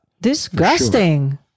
Disgusting